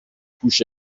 پوش